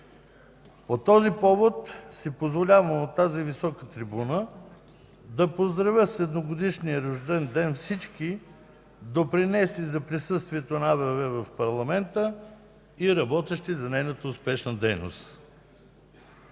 По този повод си позволявам от тази висока трибуна да поздравя с едногодишния рожден ден всички, допринесли за присъствието на АБВ в парламента и работещи за нейната успешна дейност.